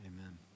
Amen